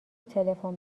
تلفن